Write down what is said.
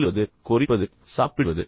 மெல்லுவது கொறிப்பது சாப்பிடுவது